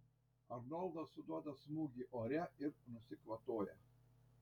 arnoldas suduoda smūgį ore ir nusikvatoja